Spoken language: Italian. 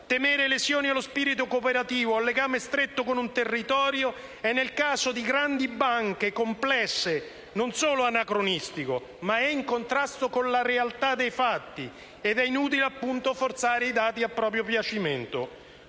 Temere lesioni allo spirito cooperativo ed al legame stretto con un territorio, nel caso di grandi banche complesse, non solo è anacronistico, ma è in contrasto con la realtà dei fatti ed è inutile appunto forzare i dati a proprio piacimento.